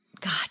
God